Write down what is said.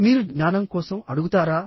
మీరు జ్ఞానం కోసం అడుగుతారా